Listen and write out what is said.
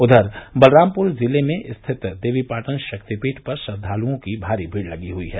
उधर बलरामपुर जिले में स्थित देवीपाटन शक्तिपीठ पर श्रद्वालुओं की भारी भीड़ लगी हुई है